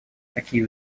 такие